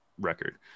record